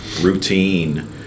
routine